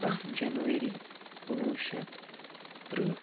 دَہ جَنؤری کُنوُہ شٮ۪تھ تٕرٛہ